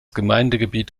gemeindegebiet